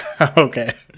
okay